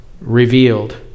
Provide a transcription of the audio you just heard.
revealed